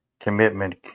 commitment